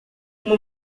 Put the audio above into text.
uma